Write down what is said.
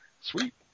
Sweet